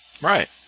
Right